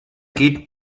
geht